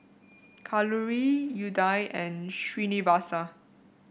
Kalluri Udai and Srinivasa